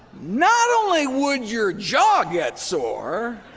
not only would your jaw get sore,